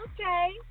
okay